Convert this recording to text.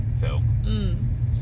film